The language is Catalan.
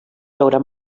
veure